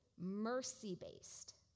mercy-based